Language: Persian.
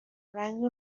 رنگ